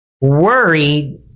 worried